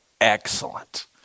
Excellent